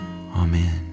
Amen